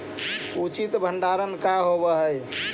उचित भंडारण का होव हइ?